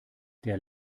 der